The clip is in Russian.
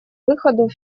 выходу